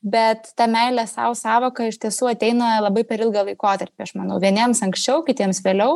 bet ta meilės sau sąvoka iš tiesų ateina labai per ilgą laikotarpį aš manau vieniems anksčiau kitiems vėliau